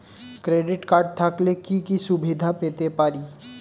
Credit card থাকলে কি কি সুবিধা পেতে পারি?